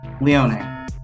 Leone